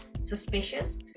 suspicious